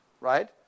right